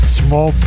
small